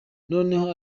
noneho